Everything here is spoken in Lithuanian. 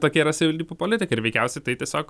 tokia yra savivaldybių politika ir veikiausiai tai tiesiog